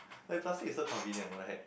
then plus is so convenient right